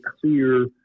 clear